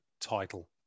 title